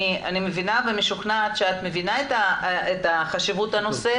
אני מבינה ומשוכנעת שאת מבינה את חשיבות הנושא